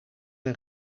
een